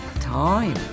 time